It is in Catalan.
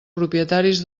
propietaris